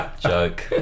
Joke